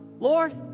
Lord